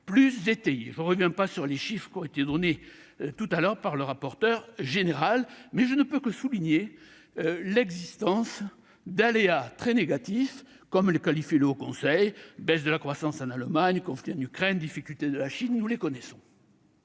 plus étayés. Je ne reviens pas sur les chiffres fournis tout à l'heure par le rapporteur général, mais je ne peux que souligner l'existence d'aléas très négatifs, comme les qualifie le HCFP : baisse de la croissance en Allemagne, conflit en Ukraine, difficultés de la Chine, etc. Je doute aussi